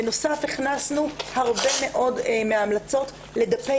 בנוסף הכנסנו הרבה מאוד מן ההמלצות לדפי